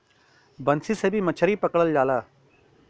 बंसी से भी मछरी पकड़ल जाला